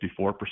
54%